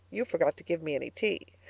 you forgot to give me any tea.